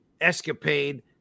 escapade